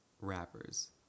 rappers